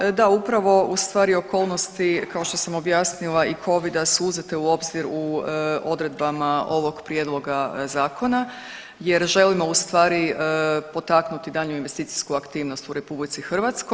Hvala lijepo, pa da upravo u stvari okolnosti kao što sam objasnila i Covida su uzete u obzir u odredbama ovog prijedloga zakona jer želimo u stvari potaknuti daljnju investicijsku aktivnost u RH.